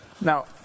Now